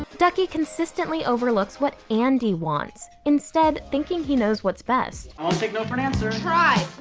duckie consistently overlooks what andie wants, instead thinking he knows what's best. i won't take no for an answer. try,